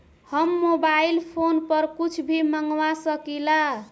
हम mobile phone पर कुछ भी मंगवा सकिला?